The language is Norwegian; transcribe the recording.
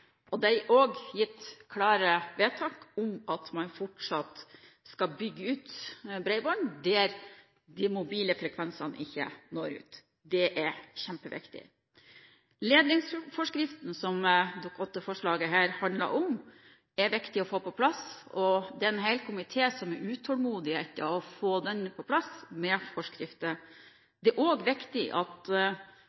er også gjort klare vedtak om at man fortsatt skal bygge ut bredbånd der de mobile frekvensene ikke når ut. Det er kjempeviktig. Ledningsforskriften som dette Dokument 8-forslaget handler om, er viktig å få på plass. Det er en hel komité som er utålmodig etter å få den på plass med forskrifter.